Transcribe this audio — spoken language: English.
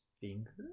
finger